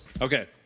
Okay